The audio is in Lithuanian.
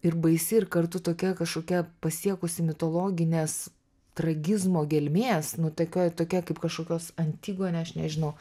ir baisi ir kartu tokia kažkokia pasiekusi mitologinės tragizmo gelmės nu tokia tokia kaip kažkokios antigonė aš nežinau